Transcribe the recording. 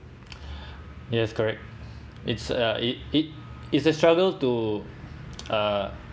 yes correct it's a it it it's a struggle to uh